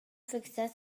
fixar